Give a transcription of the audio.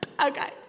okay